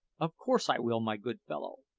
of course i will, my good fellow!